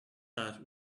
that